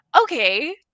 okay